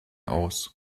aus